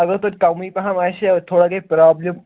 اگر تویتہِ کَمٕے پَہَم آسہِ ہا تھوڑا گٔے پرٛابلِم